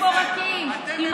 קיבלנו אותם הנה למערכת מפורקים,